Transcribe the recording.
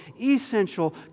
essential